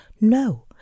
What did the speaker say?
No